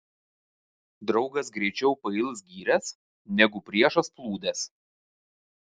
draugas greičiau pails gyręs negu priešas plūdes